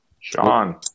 Sean